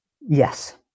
Yes